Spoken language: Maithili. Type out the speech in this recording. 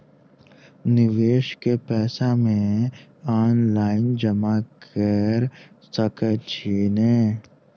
निवेश केँ पैसा मे ऑनलाइन जमा कैर सकै छी नै?